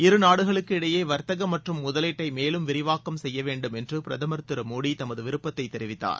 இரு நாடுகளுக்கு இடையே வர்த்தகம் மற்றும் முதலீட்டை மேலும் விரிவாக்கம் செய்ய வேண்டும் என்று பிரதமர் திரு மோடி தமது விருப்பத்தை தெரிவித்தார்